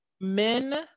men